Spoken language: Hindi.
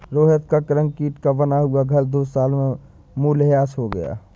रोहित का कंक्रीट का बना हुआ घर दो साल में मूल्यह्रास हो गया